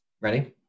ready